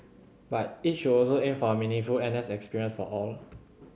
but it should also aim for a meaningful N S experience for all